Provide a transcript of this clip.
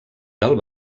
del